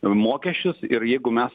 mokesčius ir jeigu mes